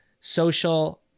social